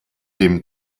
dem